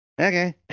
Okay